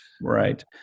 Right